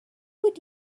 would